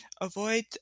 avoid